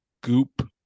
goop